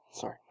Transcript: Sorry